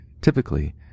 Typically